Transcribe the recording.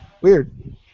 Weird